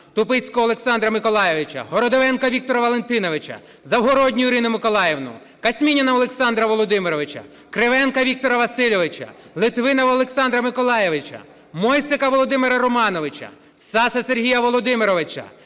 Тупицького Олександра Миколайовича, Городовенка Віктора Валентиновича, Завгородню Ірину Миколаївну, Касмініна Олександра Володимировича, Кривенка Віктора Васильовича, Литвинова Олександра Миколайовича, Мойсика Володимира Романовича, Саса Сергія Володимировича,